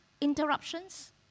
interruptions